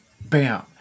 bam